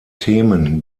themen